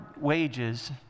wages